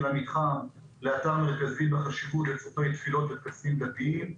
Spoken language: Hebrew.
המתחם לאתר מרכזי בחשיבות לצורכי תפילות וטקסים דתיים.